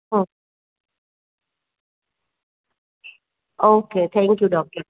O okay thank you doctor